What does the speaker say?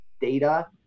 data